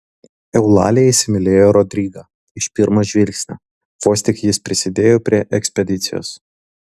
eulalija įsimylėjo rodrigą iš pirmo žvilgsnio vos tik jis prisidėjo prie ekspedicijos